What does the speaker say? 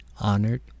honored